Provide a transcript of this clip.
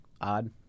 odd